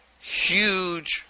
huge